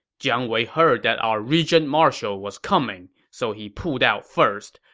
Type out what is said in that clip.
jiang wei heard that our regent-marshal was coming, so he pulled out first.